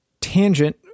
tangent